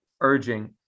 urging